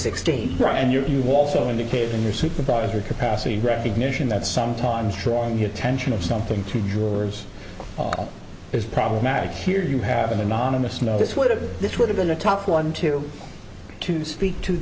and you also indicated in your supervisor capacity recognition that sometimes trauma the attention of something to yours is problematic here you have an anonymous notice what if this would have been a tough one to to speak to